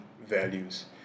values